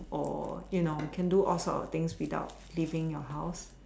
or you know can do all sort of things without leaving your house